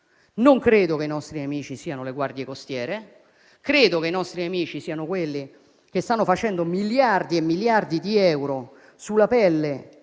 non credo che i nostri nemici siano le guardie costiere, ma che lo siano quelli che stanno facendo miliardi e miliardi di euro sulla pelle